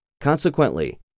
Consequently